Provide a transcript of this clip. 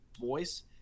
voice